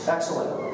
Excellent